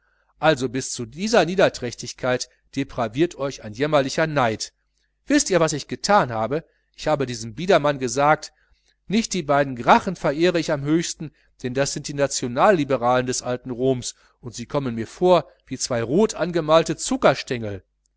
also bis zu dieser niederträchtigkeit depraviert euch ein jämmerlicher neid wißt ihr was ich gethan habe ich habe diesem biedermann gesagt nicht die beiden gracchen verehre ich am höchsten denn das sind die nationalliberalen des alten rom und sie kommen mir vor wie zwei rot angemalte